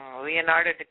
Leonardo